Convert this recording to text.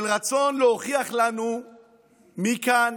של רצון להוכיח לנו מי כאן